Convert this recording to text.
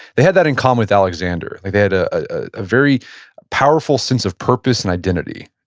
they had that in common with alexander. they they had a very powerful sense of purpose and identity,